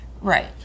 right